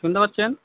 শুনতে পাচ্ছেন